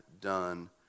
done